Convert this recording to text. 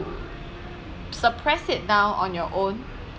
suppress it down on your own